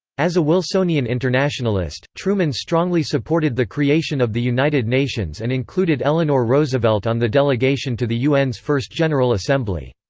as a wilsonian internationalist, truman strongly supported the creation of the united nations and included eleanor roosevelt on the delegation to the un's first general assembly.